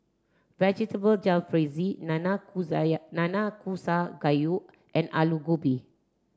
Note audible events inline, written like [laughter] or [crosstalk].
vegetable Jalfrezi [unintelligible] Nanakusa Gayu and Alu Gobi